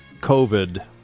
COVID